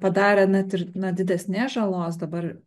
padarę net ir na didesnės žalos dabar